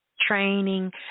Training